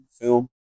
film